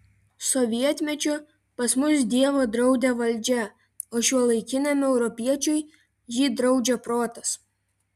sovietmečiu pas mus dievą draudė valdžia o šiuolaikiniam europiečiui jį draudžia protas